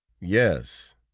yes